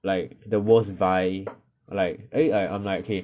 like the worst buy like eh I I'm like okay